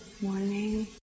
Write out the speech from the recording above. morning